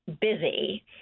busy